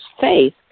faith